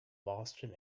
boston